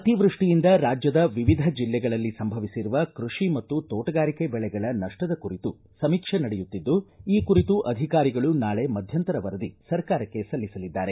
ಅತಿವೃಷ್ಟಿಯಿಂದ ರಾಜ್ಯದ ವಿವಿಧ ಜಿಲ್ಲೆಗಳಲ್ಲಿ ಸಂಭವಿಸಿರುವ ಕೃಷಿ ಮತ್ತು ತೋಟಗಾರಿಕೆ ಬೆಳೆಗಳ ನಷ್ಟದ ಕುರಿತು ಸಮೀಕ್ಷೆ ನಡೆಯುತ್ತಿದ್ದು ಈ ಕುರಿತು ಅಧಿಕಾರಿಗಳು ನಾಳೆ ಮಧ್ಯಂತರ ವರದಿ ಸರ್ಕಾರಕ್ಕೆ ಸಲ್ಲಿಸಲಿದ್ದಾರೆ